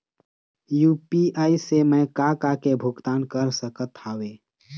UPI से मैं का का के भुगतान कर सकत हावे?